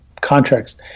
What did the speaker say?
contracts